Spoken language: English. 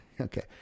okay